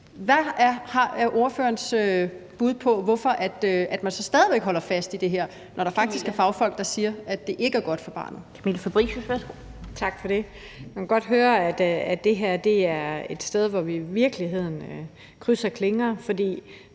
Hvad er ordførerens bud på, at man så stadig væk holder fast i det her, når der faktisk er fagfolk, der siger, at det ikke er godt for barnet?